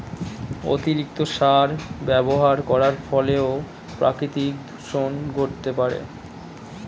অতিরিক্ত সার ব্যবহার করার ফলেও প্রাকৃতিক দূষন ঘটতে পারে